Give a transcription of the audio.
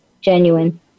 genuine